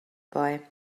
boy